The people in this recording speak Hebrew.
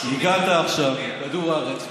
חשבתי שהגעת עכשיו מכדור הארץ.